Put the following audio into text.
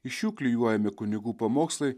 iš jų klijuojami kunigų pamokslai